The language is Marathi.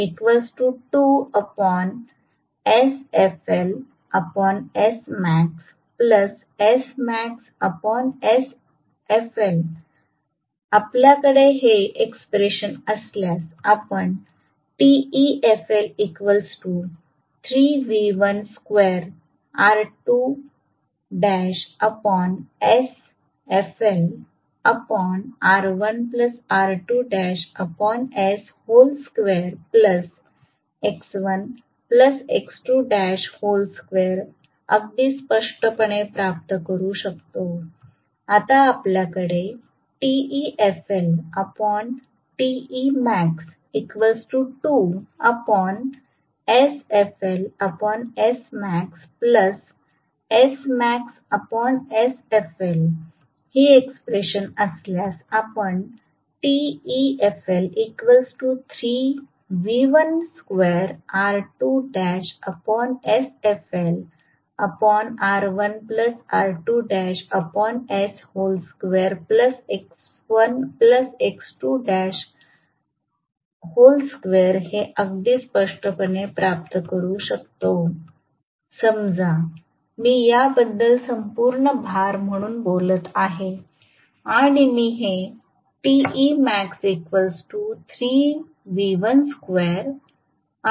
तर आता आपल्याकडे हे एक्स्प्रेशन असल्यास आपण अगदी स्पष्टपणे प्राप्त करू शकता आता आपल्याकडे ही एक्स्प्रेशन असल्यास आपण हे अगदी स्पष्टपणे प्राप्त करू शकता समजा मी याबद्दल संपूर्ण भार म्हणून बोलत आहे आणि मी हे असे लिहू शकते